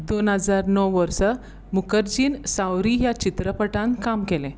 दोन हजार णव वर्सा मुखर्जीन सावरी ह्या चित्रपटांत काम केलें